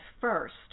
first